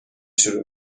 شروع